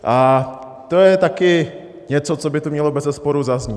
A to je také něco, co by tu mělo bezesporu zaznít.